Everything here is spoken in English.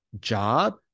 job